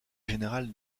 général